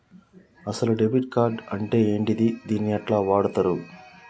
అసలు debit card అంటే ఏంటిది? దీన్ని ఎట్ల వాడుతరు?